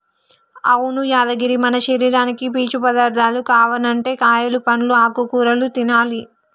అవును యాదగిరి మన శరీరానికి పీచు పదార్థాలు కావనంటే కాయలు పండ్లు ఆకుకూరలు తినాలి